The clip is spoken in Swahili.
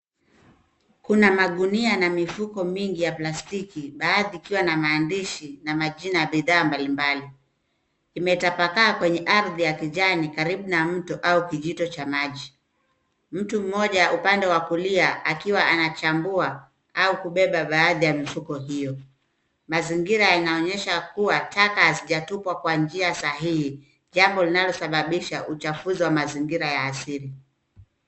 Kuna magunia na mifuko mingi ya plastiki, baadhi ikiwa na maandishi na majina bidhaa mbalimbali. Imetapakaa kwenye ardhi ya kijani karibu na mto au kijito cha maji. Mtu mmoja upande wa kulia akiwa anachambua au kubeba baadhi ya mifuko hiyo. Mazingira yanaonyesha kuwa taka hazijatupwa kwa njia sahihi, jambo linalosababisha uchafuzi wa mazingira ya asili.